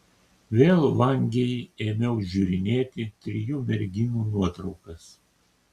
vėl vangiai ėmiau žiūrinėti trijų merginų nuotraukas